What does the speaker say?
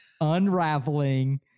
unraveling